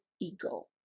ego